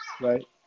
right